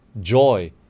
joy